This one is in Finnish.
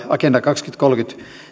agenda kaksituhattakolmekymmentä